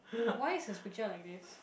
why is his picture like this